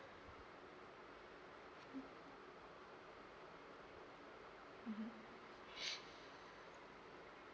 uh mm mm